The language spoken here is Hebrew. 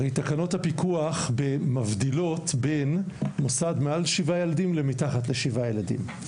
הרי תקנות הפיקוח מבדילות בין מוסד מעל שבעה ילדים למתחת לשבעה ילדים.